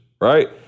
Right